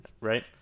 right